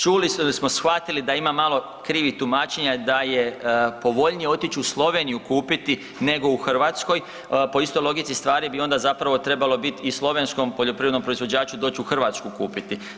Čuli smo i shvatili da ima malo krivih tumačenja da je povoljnije otići u Sloveniju kupiti nego u Hrvatskoj, po istoj logici stvari bi onda zapravo trebalo bit i slovenskom poljoprivrednom proizvođaču doći u Hrvatsku kupiti.